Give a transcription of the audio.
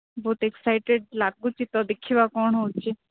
ବହୁତ ଏକ୍ସସାଇଟେଡ଼୍ ଲାଗୁଛି ତ ଦେଖିବା କ'ଣ ହେଉଛି